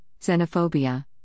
xenophobia